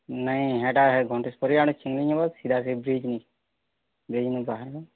ନାଇ ହେଇଟା ଘଣ୍ଟେଶ୍ୱରୀ ଆଡେ ଛିଣ୍ଡିଯିବ ସିଧା ସେ ବ୍ରିଜ୍ କି ଦେଇ ବ୍ରିଜ୍ ଦେଇ କି ବାହାରିବ